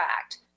Act